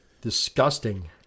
disgusting